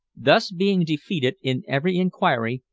thus being defeated in every inquiry,